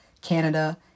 Canada